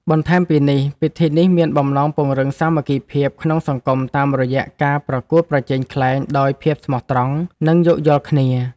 បន្ថែមពីនេះ ពិធីនេះមានបំណងពង្រឹងសាមគ្គីភាពក្នុងសង្គមតាមរយៈការប្រកួតប្រជែងខ្លែងដោយភាពស្មោះត្រង់ និងយោគយល់គ្នា។